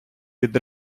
від